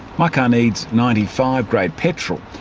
my car needs ninety five grade petrol,